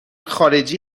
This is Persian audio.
خارجی